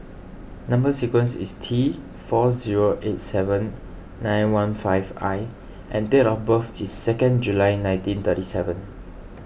Number Sequence is T four zero eight seven nine one five I and date of birth is second July nineteen thirty seven